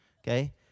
okay